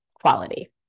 quality